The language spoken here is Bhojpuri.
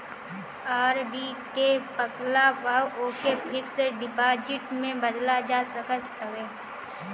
आर.डी के पकला पअ ओके फिक्स डिपाजिट में बदल जा सकत हवे